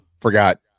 Forgot